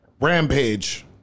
rampage